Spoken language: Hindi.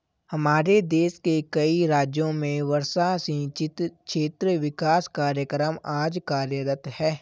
हमारे देश के कई राज्यों में वर्षा सिंचित क्षेत्र विकास कार्यक्रम आज कार्यरत है